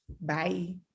bye